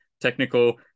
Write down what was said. Technical